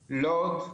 לוד,